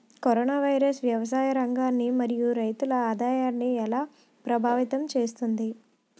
Corona virus వ్యవసాయ రంగాన్ని మరియు రైతుల ఆదాయాన్ని ఎలా ప్రభావితం చేస్తుంది?